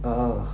ah ah